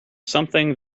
something